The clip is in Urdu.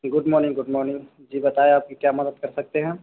گڈ مارننگ گڈ مارننگ جی بتائیں آپ کی کیا مدد کر سکتے ہیں ہم